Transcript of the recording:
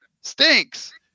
stinks